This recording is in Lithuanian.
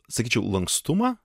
sakyčiau lankstumą